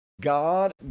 God